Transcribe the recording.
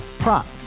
Prop